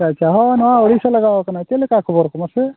ᱟᱪᱪᱷᱟ ᱟᱪᱪᱷᱟ ᱱᱚᱣᱟ ᱳᱰᱤᱥᱟ ᱞᱟᱜᱟᱣ ᱠᱟᱱᱟ ᱪᱮᱫ ᱞᱮᱠᱟ ᱠᱷᱚᱵᱚᱨ ᱠᱚ ᱢᱟᱥᱮ